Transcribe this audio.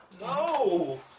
No